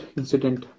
incident